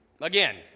again